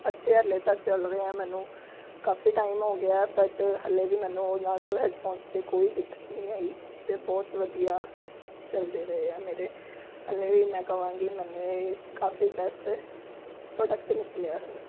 ਅੱਛੇ ਹਲੇ ਤੱਕ ਚੱਲ ਰਹੇ ਆ ਮੈਨੂੰ ਕਾਫ਼ੀ ਟਾਈਮ ਹੋ ਗਿਆ ਬਟ ਹਾਲੇ ਵੀ ਮੈਨੂੰ ਉਹਨਾਂ 'ਚੋਂ ਹੈਡਫੋਨਸ 'ਚ ਕੋਈ ਦਿੱਕਤ ਨਹੀਂ ਆਈ ਅਤੇ ਬਹੁਤ ਵਧੀਆ ਚੱਲਦੇ ਰਹੇ ਹੈ ਮੇਰੇ ਹਾਲੇ ਵੀ ਮੈਂ ਕਹਾਂਗੀ ਮੈਨੂੰ ਇਹ ਕਾਫ਼ੀ ਬੈਸਟ ਪ੍ਰੋਡਕਟ ਨਿਕਲਿਆ ਹੈਗਾ